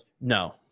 No